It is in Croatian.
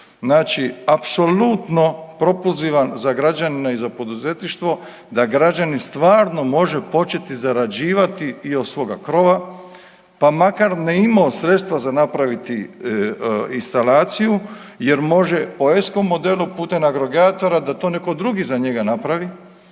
Znači apsolutno propulzivan za građane i za poduzetništvo da građani stvarno može početi zarađivati i od svoga krova, pa makar ne imao sredstva za napraviti instalaciju, jer može, po ESCO modelu putem agregatora da to netko drugi za njega napravi,